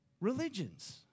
religions